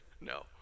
No